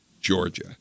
Georgia